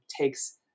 takes